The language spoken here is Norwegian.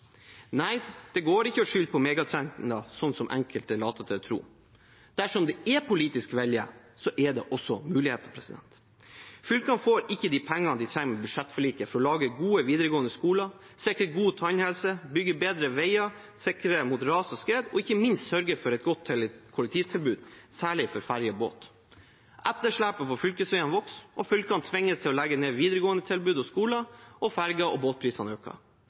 Nei, det går ikke å skylde på megatrender, slik enkelte later til å tro. Dersom det er politisk vilje, er det også muligheter. Fylkene får ikke de pengene de trenger i budsjettforliket for å lage gode videregående skoler, sikre god tannhelse, bygge bedre veier, sikre mot ras og skred og ikke minst sørge for et godt kollektivtilbud, særlig for ferje og båt. Etterslepet på fylkesveiene vokser, fylkene tvinges til å legge ned videregående tilbud og skoler, og ferje- og båtprisene øker.